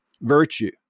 virtue